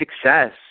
success